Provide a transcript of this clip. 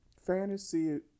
fantasy